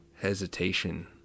Hesitation